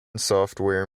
software